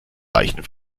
leichten